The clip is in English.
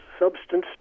substance